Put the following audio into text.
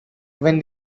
when